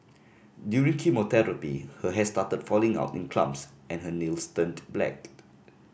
during chemotherapy her hair started falling out in clumps and her nails turned black